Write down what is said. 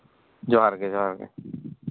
ᱡᱚᱦᱟᱨ ᱜᱮ ᱡᱚᱦᱟᱨ ᱜᱮ